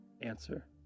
answer